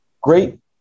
Great